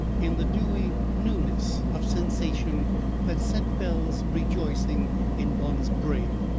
in the dewy newness of sensation that set bells rejoicing in one's brain.